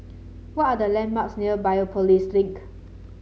what are the landmarks near Biopolis Link